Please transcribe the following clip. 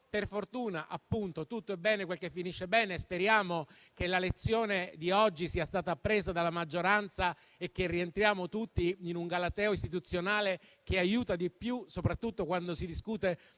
già detto - tutto è bene quel che finisce bene e speriamo che la lezione di oggi sia stata appresa dalla maggioranza e che rientriamo tutti in un galateo istituzionale che aiuta di più, soprattutto quando si discute